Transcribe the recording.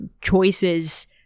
choices